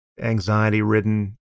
anxiety-ridden